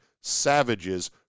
savages